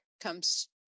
comes